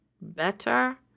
better